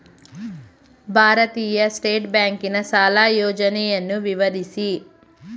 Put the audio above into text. ಭಾರತೀಯ ಸ್ಟೇಟ್ ಬ್ಯಾಂಕಿನ ಸಾಲ ಯೋಜನೆಯನ್ನು ವಿವರಿಸಿ?